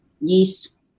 Yes